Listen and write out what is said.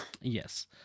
Yes